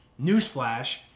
newsflash